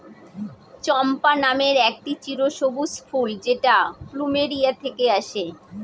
চম্পা নামের একটি চিরসবুজ ফুল যেটা প্লুমেরিয়া থেকে আসে